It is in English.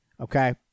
Okay